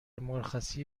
مرخصی